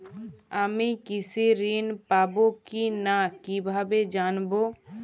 আমি কৃষি ঋণ পাবো কি না কিভাবে জানবো?